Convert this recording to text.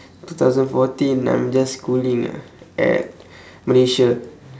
two thousand fourteen I'm just schooling ah at malaysia